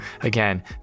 Again